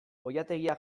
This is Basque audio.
oilategia